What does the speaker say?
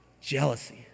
Jealousy